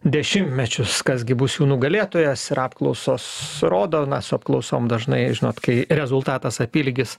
dešimtmečius kas gi bus jų nugalėtojas ir apklausos rodo na su apklausom dažnai žinot kai rezultatas apylygis